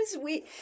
we-